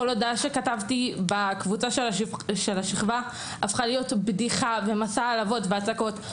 כל הודעה שכתבתי בקבוצה של השכבה הפכה להיות בדיחה ומסע העלבות והצקות.